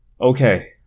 Okay